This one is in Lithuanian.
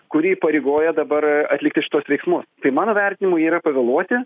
kuri įpareigoja dabar atlikti šiuos veiksmus tai mano vertinimu jie yra pavėluoti